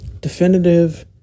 definitive